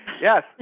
yes